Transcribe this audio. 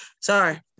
sorry